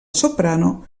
soprano